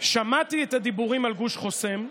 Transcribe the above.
"שמעתי את הדיבורים על גוש חוסם,